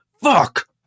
fuck